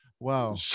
Wow